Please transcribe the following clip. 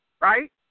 Right